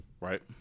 Right